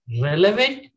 relevant